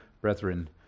brethren